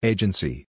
Agency